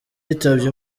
yitabye